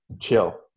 chill